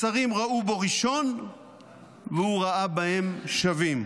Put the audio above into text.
השרים ראו בו ראשון והוא ראה בהם שווים.